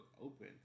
open